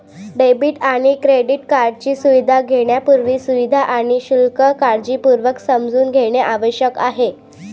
debit आणि credit कार्डची सुविधा घेण्यापूर्वी, सुविधा आणि शुल्क काळजीपूर्वक समजून घेणे आवश्यक आहे